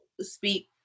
speak